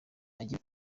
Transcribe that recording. hagiye